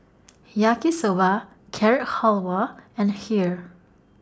Yaki Soba Carrot Halwa and Kheer